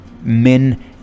men